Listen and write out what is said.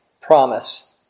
promise